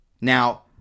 Now